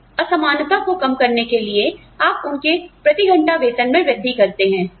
इस असमानता को कम करने के लिए आप उनके प्रति घंटा वेतन में वृद्धि करते हैं